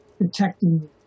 detecting